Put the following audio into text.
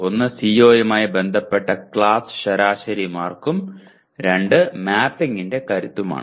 ഒന്ന് CO യുമായി ബന്ധപ്പെട്ട ക്ലാസ് ശരാശരി മാർക്കും രണ്ട് മാപ്പിംഗിന്റെ കരുത്തുമാണ്